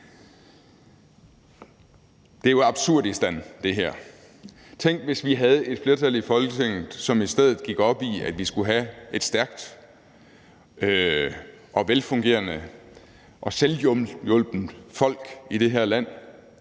her er jo Absurdistan. Tænk, hvis vi havde et flertal i Folketinget, som i stedet gik op i, at vi skulle have et stærkt og velfungerende og selvhjulpent folk i det her land,